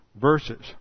verses